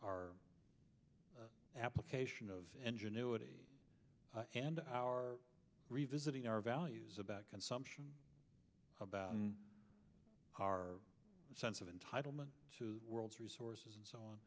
our application of ingenuity and our revisiting our values about consumption about our sense of entitlement to world's resources and so